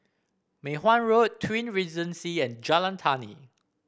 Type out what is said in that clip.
Mei Hwan Road Twin Regency and Jalan Tani